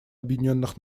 объединенных